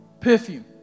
perfume